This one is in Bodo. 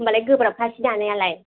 होमबालाय गोब्राबखासै सि दानायालाय